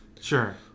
Sure